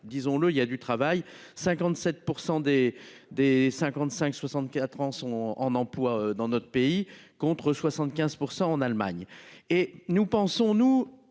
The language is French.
disons-le, il y a du travail, 57% des des 55 64 ans sont en emploi dans notre pays, contre 75% en Allemagne